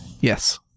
Yes